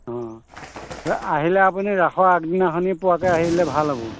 অঁ আহিলে আপুনি ৰাসৰ আগদিনাখনেই পোৱাকে আহিলে ভাল হ'ব